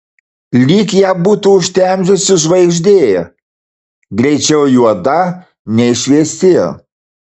lyg ją būtų užtemdžiusi žvaigždė greičiau juoda nei šviesi